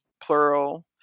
plural